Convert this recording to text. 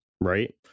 right